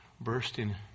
bursting